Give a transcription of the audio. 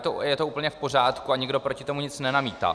A je to úplně v pořádku a nikdo proti tomu nic nenamítá.